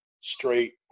straight